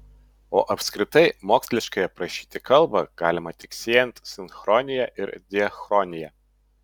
o apskritai moksliškai aprašyti kalbą galima tik siejant sinchronija ir diachroniją